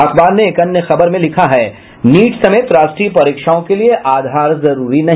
अखबार ने एक अन्य खबर में लिखा है नीट समेत राष्ट्रीय परीक्षाओं के लिए आधार जरूरी नहीं